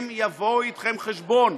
הם יבוא איתכם חשבון.